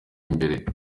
imbere